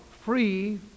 free